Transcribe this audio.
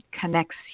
connects